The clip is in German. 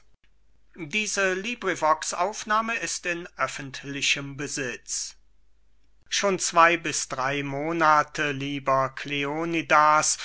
i aristipp an kleonidas schon zwey bis drey monate lieber